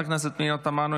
חברת הכנסת פנינה תמנו,